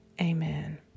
Amen